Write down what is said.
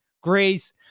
Grace